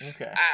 Okay